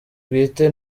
bwite